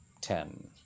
ten